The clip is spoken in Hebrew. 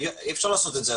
אי אפשר לעשות את זה.